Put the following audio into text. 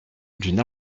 d’une